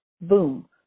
boom